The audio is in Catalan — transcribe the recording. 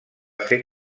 ser